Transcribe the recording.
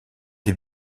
des